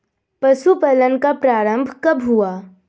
पशुपालन का प्रारंभ कब हुआ?